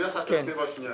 האלטרנטיבה הזאת